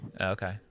Okay